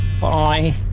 bye